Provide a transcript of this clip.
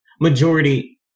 majority